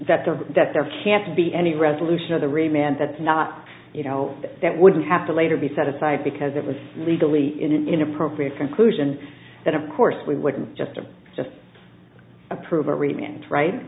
the that there can't be any resolution of the re man that's not you know that wouldn't have to later be set aside because it was legally inappropriate conclusion that of course we wouldn't just i'm just approval rating right